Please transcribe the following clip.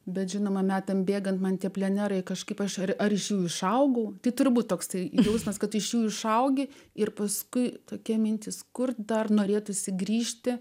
bet žinoma metams bėgant man tie plenerai kažkaip aš ar aš jau išaugau tai turbūt toks jausmas kad iš jų išaugi ir paskui tokia mintis kur dar norėtųsi grįžti